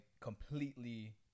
completely